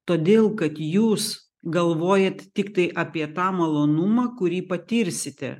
todėl kad jūs galvojat tiktai apie tą malonumą kurį patirsite